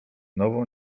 nową